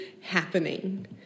happening